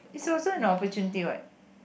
is also an opportunity what